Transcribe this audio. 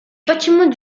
bâtiments